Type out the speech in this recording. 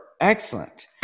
Excellent